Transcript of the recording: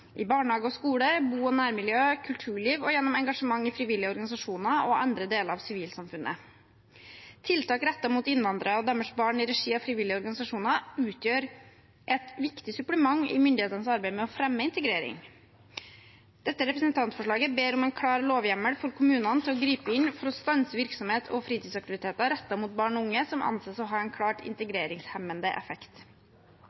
i barnehage og skole, i bo- og nærmiljø, i kulturlivet og gjennom engasjement i frivillige organisasjoner og andre deler av sivilsamfunnet. Tiltak rettet mot innvandrere og deres barn i regi av frivillige organisasjoner utgjør et viktig supplement i myndighetenes arbeid med å fremme integrering. Dette representantforslaget ber om en klar lovhjemmel for kommunene til å gripe inn for å stanse virksomhet og fritidsaktiviteter rettet mot barn og unge som anses å ha en klart